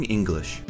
English